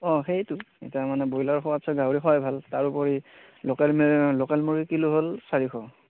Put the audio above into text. অ সেইটো এতিয়া মানে ব্ৰইলাৰ খোৱাতছে গাহৰি খোৱাই ভাল তাৰ উপৰি লোকেল লোকেল মুৰ্গী কিলো হ'ল চাৰিশ